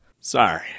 Sorry